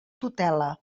tutela